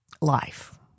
life